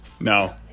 No